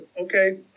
okay